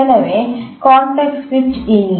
எனவே கான்டெக்ஸ்ட் சுவிட்ச் இல்லை